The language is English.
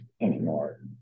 anymore